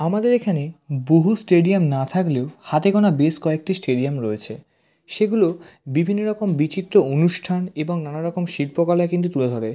আমাদের এখানে বহু স্টেডিয়াম না থাকলেও হাতে গোনা বেশ কয়েকটি স্টেডিয়াম রয়েছে সেগুলো বিভিন্ন রকম বিচিত্র অনুষ্ঠান এবং নানা রকম শিল্পকলা কিন্তু তুলে ধরে